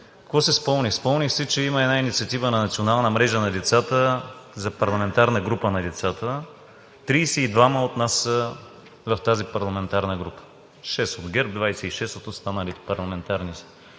Какво си спомних? Спомних си, че има инициатива Национална мрежа на децата за „Парламентарна група за децата“. Трийсет и двама от нас са в тази парламентарна група – 6 от ГЕРБ и 26 от останалите парламентарни